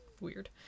Weird